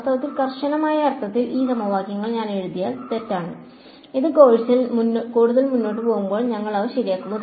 വാസ്തവത്തിൽ കർശനമായ അർത്ഥത്തിൽ ഈ സമവാക്യങ്ങൾ ഞാൻ എഴുതിയത് തെറ്റാണ് ഈ കോഴ്സിൽ കൂടുതൽ മുന്നോട്ട് പോകുമ്പോൾ ഞങ്ങൾ അവ ശരിയാക്കും